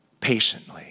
patiently